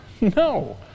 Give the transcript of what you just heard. No